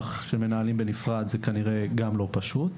של מנהלים בנפרד זה כנראה גם לא פשוט.